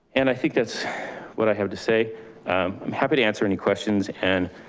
and i think that's what i have to say. i'm happy to answer any questions and